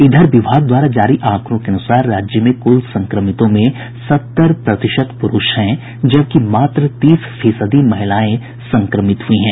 इधर विभाग द्वारा जारी आंकड़ों के अनुसार राज्य में कुल संक्रमितों में सत्तर प्रतिशत पुरूष हैं जबकि मात्र तीस फीसदी महिलाएं संक्रमित हुई हैं